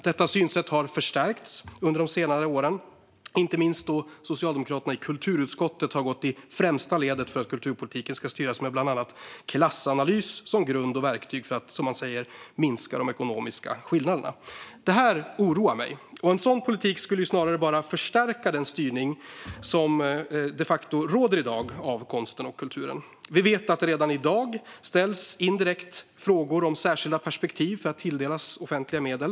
Detta synsätt har förstärkts under de senare åren, inte minst då Socialdemokraterna i kulturutskottet har gått i främsta ledet för att kulturpolitiken ska styras med bland annat klassanalys som grund och verktyg för att, som man säger, minska de ekonomiska skillnaderna. Detta oroar mig. En sådan politik skulle snarare förstärka den styrning av konsten och kulturen som de facto råder i dag. Vi vet att det redan i dag indirekt ställs frågor om särskilda perspektiv vid tilldelning av offentliga medel.